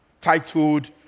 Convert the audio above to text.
titled